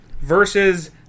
versus